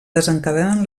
desencadenen